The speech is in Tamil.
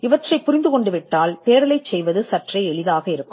இதை நீங்கள் புரிந்துகொண்டவுடன் தேடலைச் செய்வது உங்களுக்கு எளிதானது